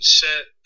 set